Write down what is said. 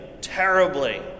terribly